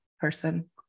person